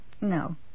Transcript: No